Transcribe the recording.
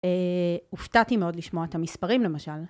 הופתעתי מאוד לשמוע את המספרים למשל.